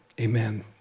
amen